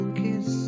kiss